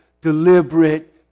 deliberate